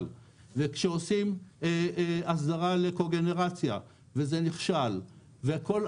וכשעושים הסדרה לקוגנירצייה וזה נכשל ושוב,